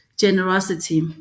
generosity